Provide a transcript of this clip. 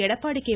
Edappadi K